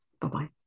Bye-bye